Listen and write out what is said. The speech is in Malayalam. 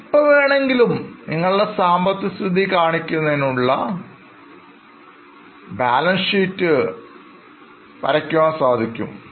എപ്പോൾ വേണമെങ്കിലും നിങ്ങളുടെ സാമ്പത്തികസ്ഥിതി കാണിക്കുന്നതിനുള്ള ബാലൻസ് ഷീറ്റ് വയ്ക്കുവാൻ സാധിക്കും